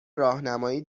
راهنمایی